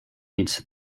meets